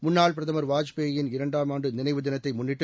முன்னாள் பிரதமர் வாஜ்பேயி ன் இரண்டாம் ஆண்டு நினைவு தினத்தை முன்னிட்டு